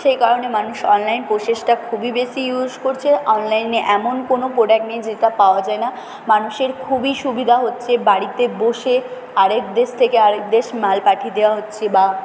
সেই কারণে মানুষ অনলাইন প্রোসেসটা খুবই বেশি ইউস করছে অনলাইনে এমন কোনও প্রোডাক্ট নেই যেটা পাওয়া যায় না মানুষের খুবই সুবিধা হচ্ছে বাড়িতে বসে আরেক দেশ থেকে আরেক দেশ মাল পাঠিয়ে দেওয়া হচ্ছে বা